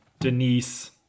Denise